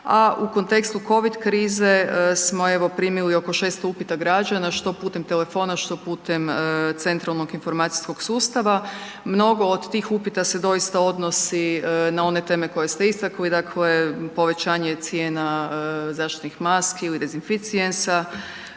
a u kontekstu COVID krize smo evo, primili oko 600 upita građana, što putem telefona, što putem Centralnog informacijskog sustava. Mnogo od tih upita se doista odnosi na one teme koje ste istakli, dakle povećanje cijena zaštitnih maski ili dezinficijensa,